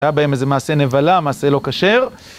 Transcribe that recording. היה בהם איזה מעשה נבלה, מעשה לא כשר.